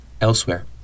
Elsewhere